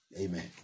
Amen